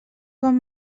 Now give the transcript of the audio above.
bon